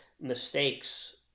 mistakes